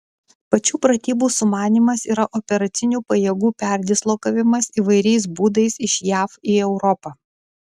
pačių pratybų sumanymas yra operacinių pajėgų perdislokavimas įvairiais būdais iš jav į europą